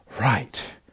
right